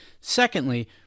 Secondly